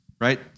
right